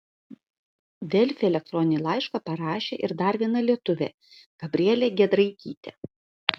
delfi elektroninį laišką parašė ir dar viena lietuvė gabrielė giedraitytė